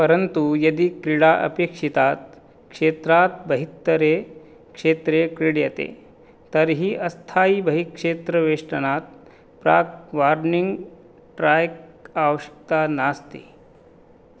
परन्तु यदि क्रीडा अपेक्षितात् क्षेत्रात् बहित्तरे क्षेत्रे क्रीड्यते तर्हि अस्थायीबहिक्षेत्रवेष्टनात् प्राक् वार्निङ्ग् ट्राय्क् आवश्यकता नास्ति